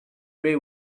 pray